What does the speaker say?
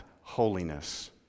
holiness